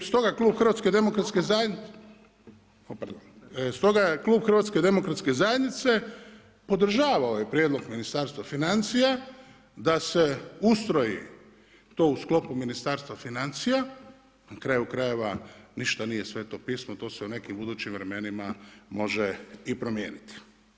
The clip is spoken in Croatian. I stoga klub HDZ-a podržava ovaj prijedlog Ministarstva financija da se ustroji to u sklopu Ministarstva financija, na kraju krajeva ništa nije Sveto pismo to se u nekim budućim vremenima može i promijeniti.